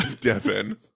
Devin